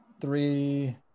Three